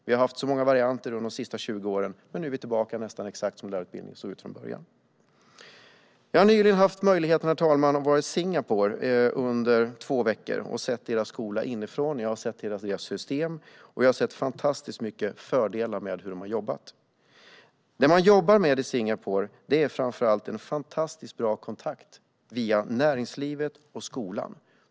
Vi har haft så många varianter under de senaste 20 åren, men nu ser lärarutbildningen ut nästan exakt som den gjorde från början. Jag hade nyligen möjlighet att vara i Singapore under två veckor för att titta på deras skola inifrån. Jag har sett deras system, och jag har sett fantastiskt många fördelar med hur man jobbar där. Det som man jobbar med i Singapore är framför allt en fantastiskt bra kontakt mellan näringslivet och skolan.